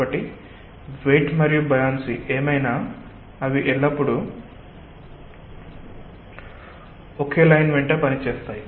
కాబట్టి వెయిట్ మరియు బయాన్సీ ఏమైనా అవి ఎల్లప్పుడూ ఒకే లైన్ వెంట పని చేస్తాయి